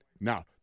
Now